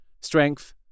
strength